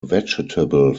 vegetable